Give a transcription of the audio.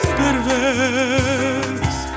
perverse